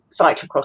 cyclocross